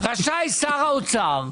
רשאי שר האוצר,